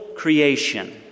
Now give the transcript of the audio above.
Creation